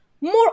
more